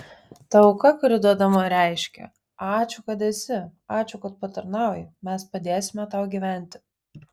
ta auka kuri duodama reiškia ačiū kad esi ačiū kad patarnauji mes padėsime tau gyventi